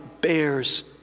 bears